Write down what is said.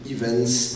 Events